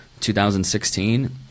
2016